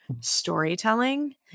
storytelling